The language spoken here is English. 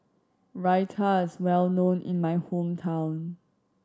raita is well known in my hometown